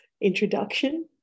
introduction